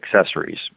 accessories